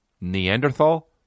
Neanderthal